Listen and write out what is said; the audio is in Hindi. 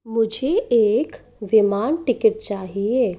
मुझे एक विमान टिकट चाहिए